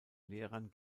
lehrern